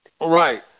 Right